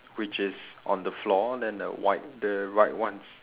which is on the floor then the white the right ones